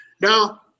Now